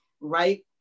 right